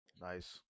Nice